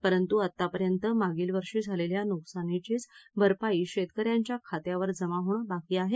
परंतू आतापर्यंत मागील वर्षी झालेल्या नुकसानाचीच भरपाई शेतकऱ्यांच्या खात्यावर जमा होणे बाकी आहे